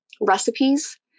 recipes